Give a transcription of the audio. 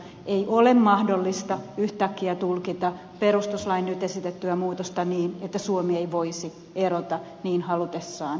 ei ole mahdollista yhtäkkiä tulkita perustuslain nyt esitettyä muutosta niin että suomi ei voisi erota niin halutessaan eusta